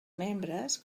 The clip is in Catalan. membres